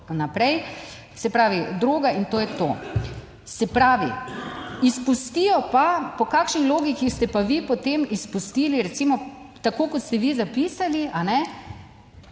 naprej. Se pravi, droga in to je to. Se pravi, izpustijo pa, po kakšni logiki ste pa vi potem izpustili recimo tako, kot ste vi zapisali, kajne,